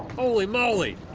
holy moly!